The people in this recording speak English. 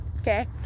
okay